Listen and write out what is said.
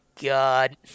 god